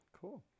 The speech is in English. cool